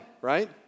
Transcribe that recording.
right